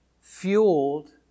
fueled